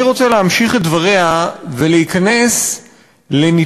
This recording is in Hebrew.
אני רוצה להמשיך את דבריה ולהיכנס לניתוח